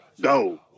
Go